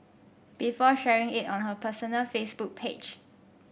before sharing it on her personal Facebook page